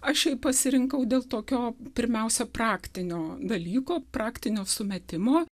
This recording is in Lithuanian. aš jį pasirinkau dėl tokio pirmiausia praktinio dalyko praktinio sumetimo